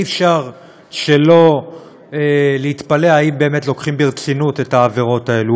אי-אפשר שלא להתפלא אם באמת לוקחים ברצינות את העבירות האלו.